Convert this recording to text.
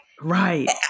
Right